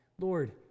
Lord